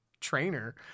trainer